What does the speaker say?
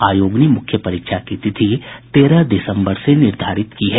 आयोग ने मुख्य परीक्षा की तिथि तेरह दिसम्बर से निर्धारित की है